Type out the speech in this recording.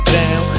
down